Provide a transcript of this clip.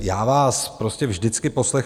Já vás prostě vždycky poslechnu.